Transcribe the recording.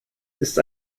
ist